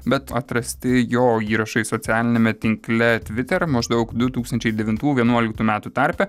bet atrasti jo įrašai socialiniame tinkle tviter maždaug du tūkstančiai devintų vienuoliktų metų tarpe